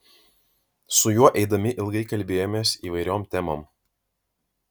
su juo eidami ilgai kalbėjomės įvairiom temom